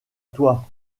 toi